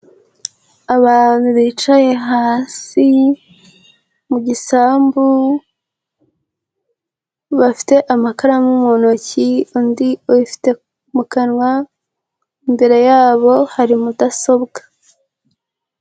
Abantu bicaye hasi mu gisambu, bafite amakaramu mu ntoki, undi uyifite mu kanwa, imbere yabo hari mudasobwa.